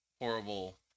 horrible